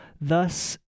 Thus